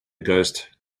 ghost